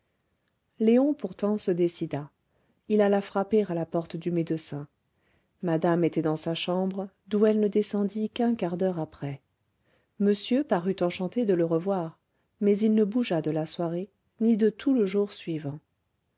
léon pourtant se décida il alla frapper à la porte du médecin madame était dans sa chambre d'où elle ne descendit qu'un quart d'heure après monsieur parut enchanté de le revoir mais il ne bougea de la soirée ni de tout le jour suivant